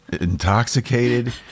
intoxicated